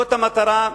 זאת המטרה,